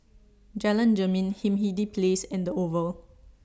Jalan Jermin Hindhede Place and The Oval